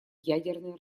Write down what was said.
ядерное